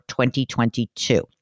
2022